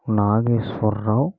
Nageswar Rao